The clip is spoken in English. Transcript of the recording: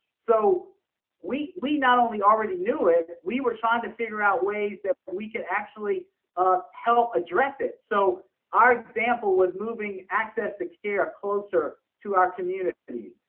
so we we not only already knew it, we were trying to figure out ways that we could actually help address it. so our example was moving access to care closer to our communities.